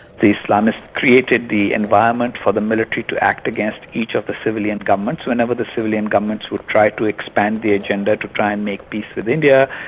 the islamists created the environment for the military to act against each ah other's civilian governments. whenever the civilian governments would try to expand the agenda, to try and make peace with india,